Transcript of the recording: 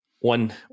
One